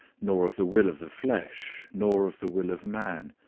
nor of the will of the flesh, nor of the will of man,